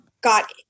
got